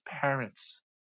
parents